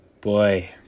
boy